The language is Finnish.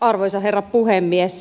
arvoisa herra puhemies